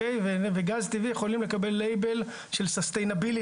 וגז טבעי יכולים לקבל תווית של קיימות.